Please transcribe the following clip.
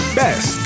best